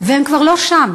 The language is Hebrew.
והן כבר לא שם.